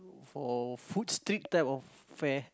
for food street type of fare